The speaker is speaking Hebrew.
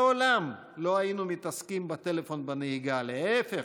לעולם לא היינו מתעסקים בטלפון בנהיגה, להפך,